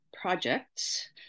projects